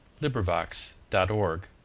LibriVox.org